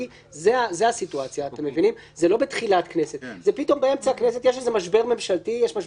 אני צריך ללכת אחורה ולעקור הרבה החלטות שהיו גם בחוקי-יסוד,